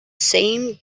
same